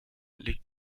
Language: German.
liegt